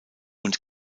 und